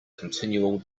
continual